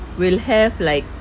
will have like